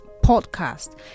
Podcast